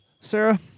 Sarah